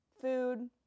food